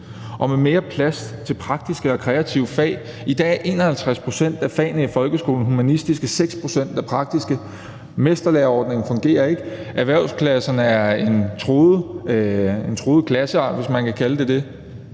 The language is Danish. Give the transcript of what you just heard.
have mere plads til praktiske og kreative fag. I dag er 51 pct. af fagene i folkeskolen humanistiske, 6 pct. er praktiske. Mesterlæreordningen fungerer ikke. Erhvervsklasserne er en truet klasseart, hvis man kan kalde dem det.